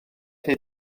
hyd